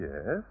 Yes